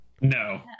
No